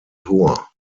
tor